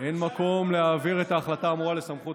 צריך להפחית את תקציב המדינה.